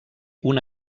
una